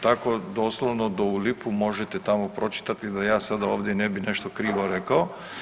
Tako doslovno do u lipu možete tamo pročitati da ja sad ovdje ne bi nešto krivo rekao.